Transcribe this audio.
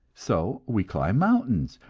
so we climb mountains,